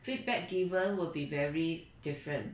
feedback given will be very different